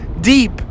...deep